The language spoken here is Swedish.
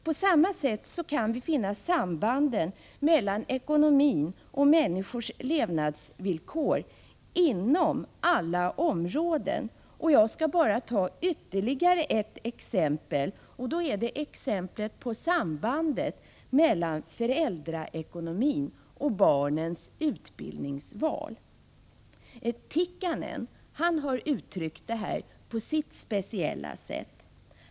På samma sätt kan vi finna sambanden mellan ekonomin och människors levnadsvillkor inom alla områden, och jag skall bara ta ytterligare ett exempel — sambandet mellan föräldraekonomin och barnens utbildningsval. Tikkanen har uttryckt detta på sitt speciella sätt.